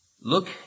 Look